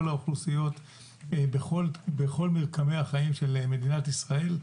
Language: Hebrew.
האוכלוסיות בכל מרקמי החיים של מדינת ישראל,